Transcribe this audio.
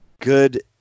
good